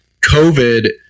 COVID